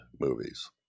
movies